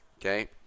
okay